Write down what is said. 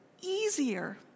easier